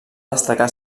destacar